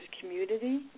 community